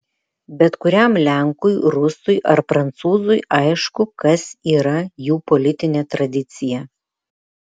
bet kuriam lenkui rusui ar prancūzui aišku kas yra jų politinė tradicija